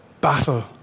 battle